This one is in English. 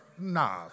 nah